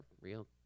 real